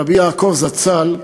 רבי יעקב זצ"ל,